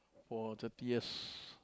for thirty years